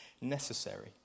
necessary